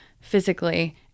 physically